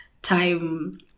time